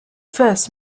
first